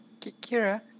Kira